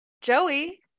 Joey